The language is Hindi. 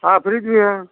हाँ फ्रिज भी है